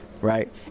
right